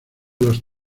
los